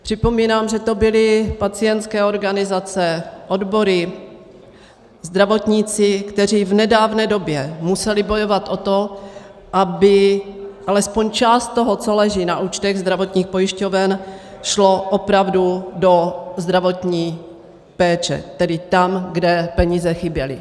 Připomínám, že to byly pacientské organizace, odbory, zdravotníci, kteří v nedávné době museli bojovat o to, aby alespoň část toho, co leží na účtech zdravotních pojišťoven, šla opravdu do zdravotní péče, tedy tam, kde peníze chyběly.